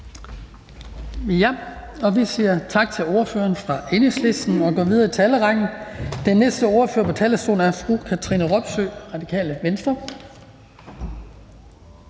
Vi siger tak til ordføreren fra Enhedslisten. Vi går videre i talerrækken, og den næste ordfører på talerstolen er fru Katrine Robsøe, Radikale Venstre.